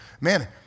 man